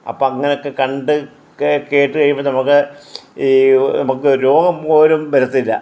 അപ്പോൾ അങ്ങനെയൊക്കെ കണ്ട് കേട്ട് കഴിയുമ്പോൾ നമുക്ക് ഈ നമുക്ക് രോഗം പോലും വരത്തില്ല